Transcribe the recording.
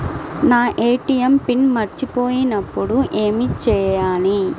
నా ATM PIN మరచిపోయినప్పుడు ఏమి చేయాలి?